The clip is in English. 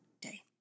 day